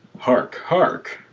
hark, hark!